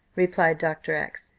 replied dr. x.